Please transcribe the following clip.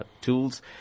tools